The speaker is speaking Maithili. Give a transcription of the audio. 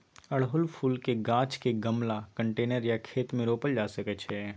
अड़हुल फुलक गाछ केँ गमला, कंटेनर या खेत मे रोपल जा सकै छै